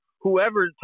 whoever